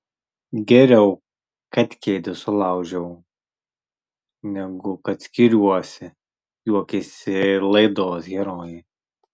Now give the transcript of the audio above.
geriau kad kėdę sulaužiau negu kad skiriuosi juokėsi laidos herojė